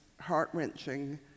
heart-wrenching